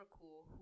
cool